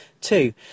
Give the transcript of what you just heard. Two